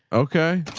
okay.